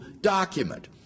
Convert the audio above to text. document